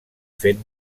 fent